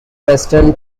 western